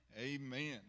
Amen